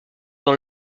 dans